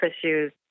issues